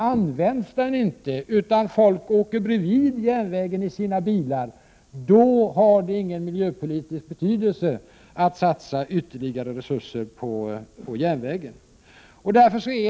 Om folk inte använder järnvägen utan åker bredvid den i sina bilar har det ingen miljöpolitisk betydelse att ytterligare resurser satsas på järnvägen.